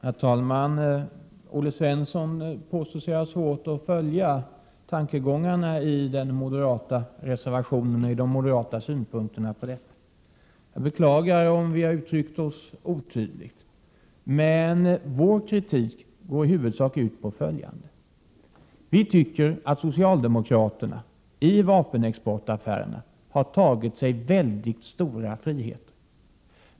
Herr talman! Olle Svensson påstod sig ha svårt att följa tankegångarna i den moderata reservationen och de moderata synpunkter som nu framförs. Jag beklagar om vi har uttryckt oss otydligt, men vår kritik går i huvudsak ut på följande: Vi tycker att socialdemokraterna i vapenexportaffärerna har tagit sig väldigt stora friheter.